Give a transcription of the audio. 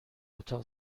اتاق